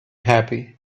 happy